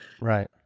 Right